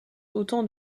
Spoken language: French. autant